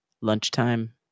lunchtime